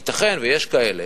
ייתכן שיש כאלה